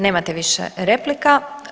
Nemate više replika.